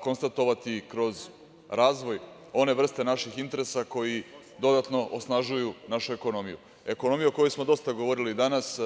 konstatovati kroz razvoj one vrste naših interesa koji dodatno osnažuju našu ekonomiju, ekonomiju o kojoj smo dosta govorili danas.